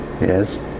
Yes